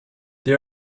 they